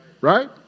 right